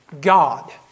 God